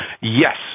yes